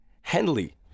henley